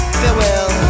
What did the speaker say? farewell